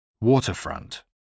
Waterfront